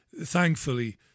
Thankfully